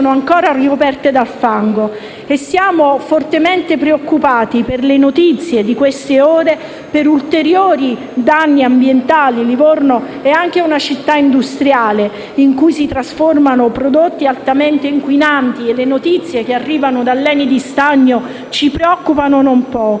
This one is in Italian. sono ancora ricoperte dal fango. Siamo inoltre fortemente preoccuparti per le notizie di queste ore di ulteriori danni ambientali. Livorno è anche una città industriale in cui si trasformano prodotti altamente inquinanti e le notizie che arrivano dallo stabilimento ENI di Stagno ci preoccupano non poco.